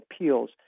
Appeals